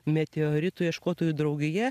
meteoritų ieškotojų draugija